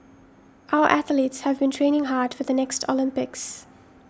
our athletes have been training hard for the next Olympics